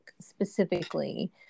specifically